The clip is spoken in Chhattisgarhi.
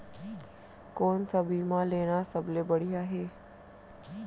कोन स बीमा लेना सबले बढ़िया हे?